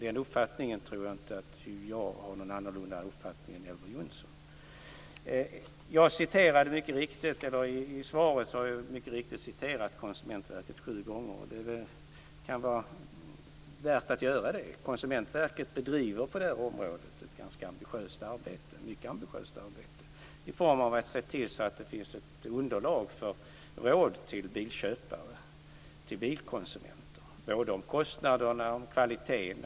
Där tror jag inte att jag har någon annan uppfattning än I svaret har jag mycket riktigt nämnt Konsumentverket sju gånger. Det kan vara väl värt att göra det, för Konsumentverket bedriver ett mycket ambitiöst arbete på det här området för att se till att det finns ett underlag för råd till bilkonsumenter. Det gäller både kostnaderna och kvaliteten.